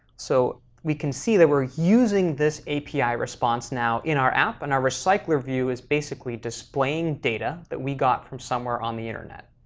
so we can see that we're using this api response now in our app, and our recycler view is basically displaying data that we got from somewhere on the internet.